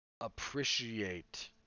appreciate